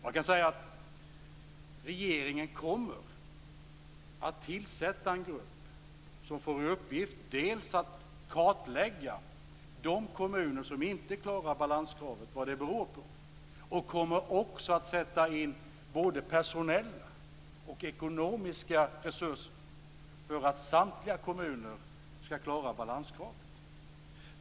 Jag kan säga att regeringen kommer att tillsätta en grupp som får i uppgift bl.a. att kartlägga vad det beror på att vissa kommuner inte klarar balanskravet. Man kommer också att sätta in både personella och ekonomiska resurser för att samtliga kommuner skall klara balanskravet.